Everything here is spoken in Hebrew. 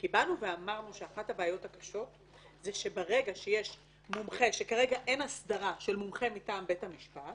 כי אמרנו שאחת הבעיות הקשות זה שכשאין הסדרה של מומחה מבית המשפט